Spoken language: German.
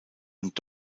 und